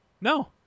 no